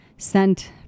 sent